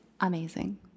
amazing